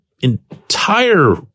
entire